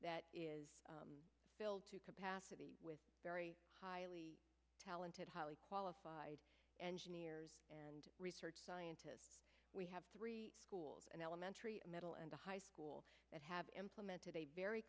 that is filled to capacity with very highly talented highly qualified engineers and research scientists we have three schools and elementary middle and high school that have implemented a very